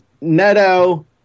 Neto